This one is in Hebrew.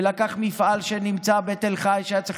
ולקח מפעל שנמצא בתל חי שהיה צריך